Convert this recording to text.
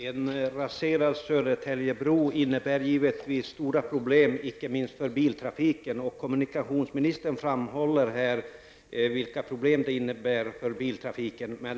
Herr talman! Att Södertäljebron har rasat samman innebär givetvis stora problem, icke minst för biltrafiken. Kommunikationsministern framhåller här vilka problem detta för med sig för biltrafiken.